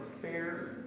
fair